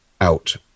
out